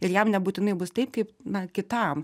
ir jam nebūtinai bus taip kaip na kitam